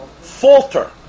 falter